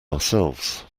ourselves